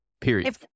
Period